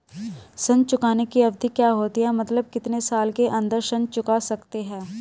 ऋण चुकाने की अवधि क्या होती है मतलब कितने साल के अंदर ऋण चुका सकते हैं?